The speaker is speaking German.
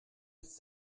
ist